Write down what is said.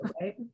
right